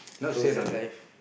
so sad life